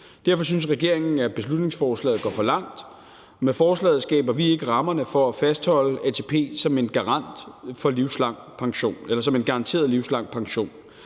Derfor synes regeringen, at beslutningsforslaget går for langt. Med forslaget skaber vi ikke rammerne for at fastholde ATP som en garanteret livslang pension.